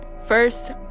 first